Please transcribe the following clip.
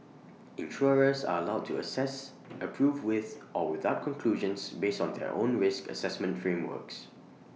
insurers are allowed to assess approve with or without conclusions based on their own risk Assessment frameworks